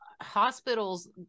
Hospitals